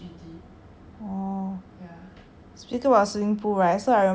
speaking about swimming pool right so I remember that time I also went to like malaysia like